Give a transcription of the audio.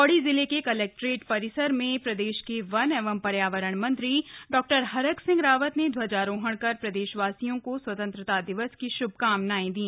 पौड़ी जिले के कलेक्ट्रेट परिसर में प्रदेश के वन एवं पर्यावरण मंत्री डा हरक सिंह रावत ने ध्वजारोहण कर प्रदेशवासियों को स्वतंत्रता दिवस की शुभकामनाएं दी